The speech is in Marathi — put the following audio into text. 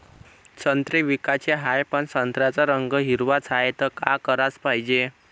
संत्रे विकाचे हाये, पन संत्र्याचा रंग हिरवाच हाये, त का कराच पायजे?